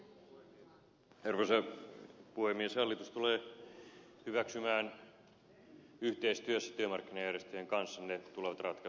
hallitus tulee hyväksymään yhteistyössä työmarkkinajärjestöjen kanssa ne tulevat ratkaisut mitä sitten ovatkaan